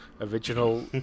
original